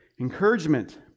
encouragement